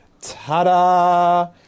Ta-da